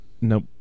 Nope